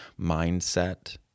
mindset